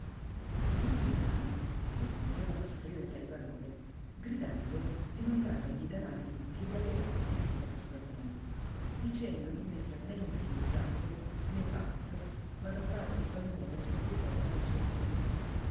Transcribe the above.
il villano che non poteva soffi'ire tai parole gridando dimandava gli danari che gli aveva promessi per lo spagnuolo dicendo non esser né inspiritato né pazzo ma da un ladro spagnuolo esserli tolta la sua povertà